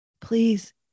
please